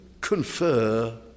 confer